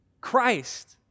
Christ